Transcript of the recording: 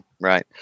Right